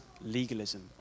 legalism